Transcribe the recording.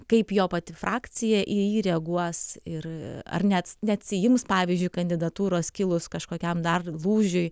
kaip jo pati frakcija į jį reaguos ir ar net neatsiims pavyzdžiui kandidatūros kilus kažkokiam dar lūžiui